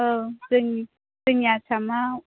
औ जोंनि जोंनि आसामाव